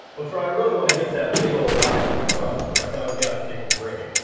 well troy, i really want to get that big ol' wrap on the truck, but right now we've gotta take a break.